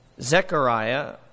Zechariah